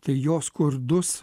tai jo skurdus